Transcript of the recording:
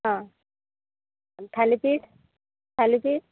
हां आणि थालिपीट थालिपीट